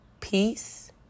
peace